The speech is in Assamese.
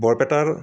বৰপেটাৰ